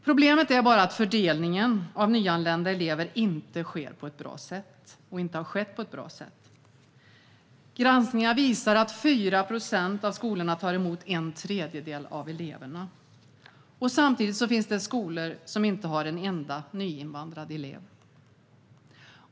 Problemet är bara att fördelningen av nyanlända elever inte har skett, eller sker, på ett bra sätt. Granskningar visar att 4 procent av skolorna tar emot en tredjedel av eleverna. Samtidigt finns det skolor som inte har en enda nyinvandrad elev.